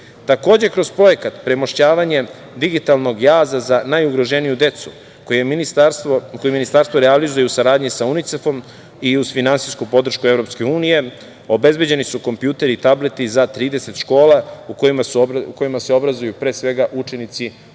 35.000.Takođe, kroz projekat „Premošćavanje digitalnog jaza za najugroženiju decu“, koji Ministarstvo realizuje u saradnji sa UNICEF-om, i uz finansijsku podršku EU, obezbeđeni su kompjuteri i tableti za 30 škola u kojima se obrazuju, pre svega, učenici romske